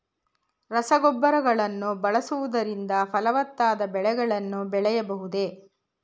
ರಸಗೊಬ್ಬರಗಳನ್ನು ಬಳಸುವುದರಿಂದ ಫಲವತ್ತಾದ ಬೆಳೆಗಳನ್ನು ಬೆಳೆಯಬಹುದೇ?